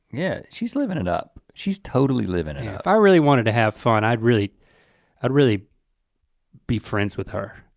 yeah she's living it up. she's totally living and i really wanted to have fun, i'd really i'd really be friends with her.